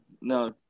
no